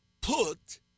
put